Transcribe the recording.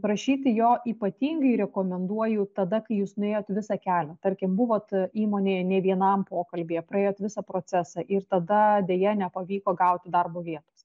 prašyti jo ypatingai rekomenduoju tada kai jūs nuėjot visą kelią tarkim buvot įmonėje ne vienam pokalbyje praėjot visą procesą ir tada deja nepavyko gauti darbo vietos